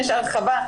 יש הרחבה,